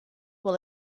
will